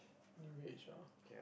n_u_h ah